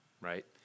right